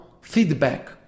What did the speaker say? feedback